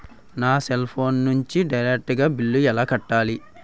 నా cell phone నుంచి direct గా బిల్లు ఎలా కట్టాలి?